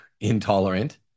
intolerant